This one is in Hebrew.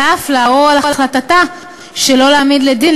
ואף לערור על החלטתה שלא להעמיד לדין,